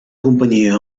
companyia